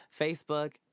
Facebook